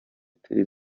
turi